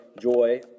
joy